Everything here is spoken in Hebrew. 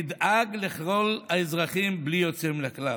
נדאג לכל האזרחים בלי יוצא מן הכלל.